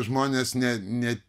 žmonės ne ne